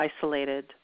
isolated